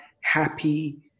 happy